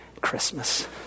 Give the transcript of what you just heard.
Christmas